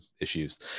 issues